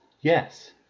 Yes